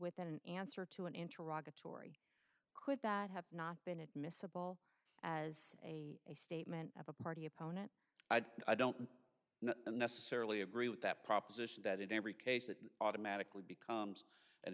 with an answer to an interactive tory could that have not been admissible as a a statement of a party opponent i don't necessarily agree with that proposition that in every case that automatically becomes an